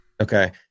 okay